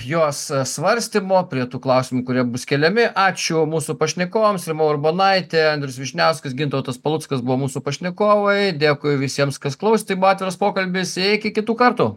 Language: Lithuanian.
jos svarstymo prie tų klausimų kurie bus keliami ačiū mūsų pašnekovams rima urbonaitė andrius vyšniauskas gintautas paluckas buvo mūsų pašnekovai dėkui visiems kas klausė tai buvo atviras pokalbis iki kitų kartų